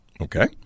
Okay